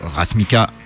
Rasmika